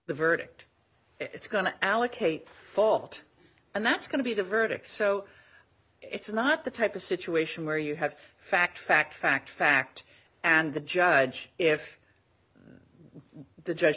the verdict it's going to allocate fault and that's going to be the verdict so it's not the type of situation where you have fact fact fact fact and the judge if the judge